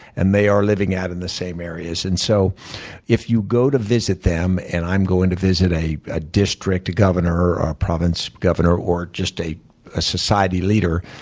and they are living out in the same areas. and so if you go to visit them and i'm going to visit a a district governor or a province governor, or just a a society leader,